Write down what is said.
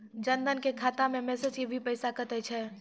जन धन के खाता मैं मैसेज के भी पैसा कतो छ?